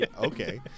Okay